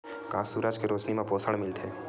का सूरज के रोशनी म पोषण मिलथे?